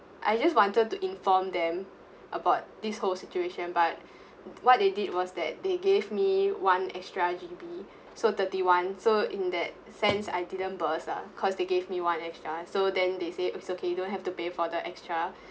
I just wanted to inform them about this whole situation but what they did was that they gave me one extra G_B so thirty one so in that sense I didn't burst ah cause they gave me one extra so then they say it's okay you don't have to pay for the extra